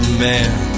man